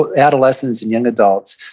but adolescents and young adults,